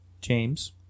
James